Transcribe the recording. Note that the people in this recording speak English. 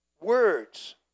words